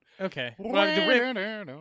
Okay